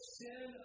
sin